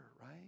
right